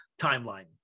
timeline